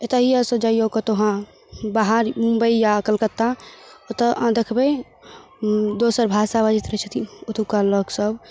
एतैयोसँ जैयो कतहु हँ बाहर मुम्बइ या कलकत्ता तऽ अहाँ देखबय दोसर भाषा बजैत रहय छथिन ओतुक्का लोक सब